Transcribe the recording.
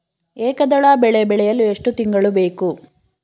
ಏಕದಳ ಬೆಳೆ ಬೆಳೆಯಲು ಎಷ್ಟು ತಿಂಗಳು ಬೇಕು?